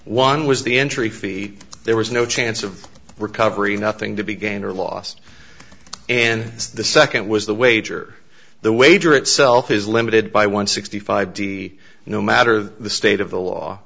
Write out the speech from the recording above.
one was the entry fee there was no chance of recovery nothing to be gained or lost and the second was the wager the wager itself is limited by one sixty five d no matter the state of the law